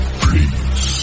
please